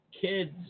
kids